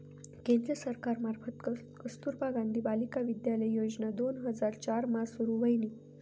केंद्र सरकार मार्फत कस्तुरबा गांधी बालिका विद्यालय योजना दोन हजार चार मा सुरू व्हयनी